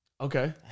Okay